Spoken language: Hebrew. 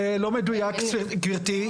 זה לא מדויק, גבירתי.